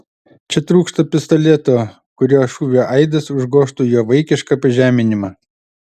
čia trūksta pistoleto kurio šūvio aidas užgožtų jo vaikišką pažeminimą